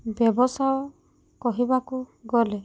ବ୍ୟବସାୟ କହିବାକୁ ଗଲେ